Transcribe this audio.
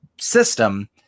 system